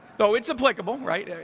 though, it's applicable, right?